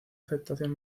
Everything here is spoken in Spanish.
aceptación